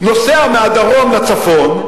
מהדרום לצפון.